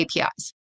APIs